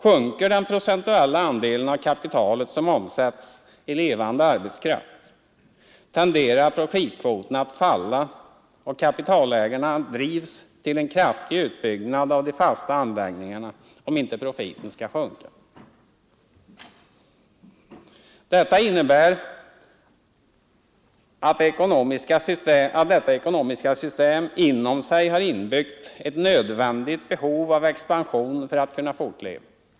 Sjunker den procentuella andelen av kapitalet som omsätts i levande arbetskraft, tenderar profitkvoten att falla och kapitalägarna drivs till en kraftig utbyggnad av de fasta anläggningarna om inte profiten skall sjunka. Det innebär att detta ekonomiska system inom sig har inbyggt ett nödvändigt behov av expansion för att kunna fortleva.